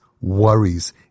worries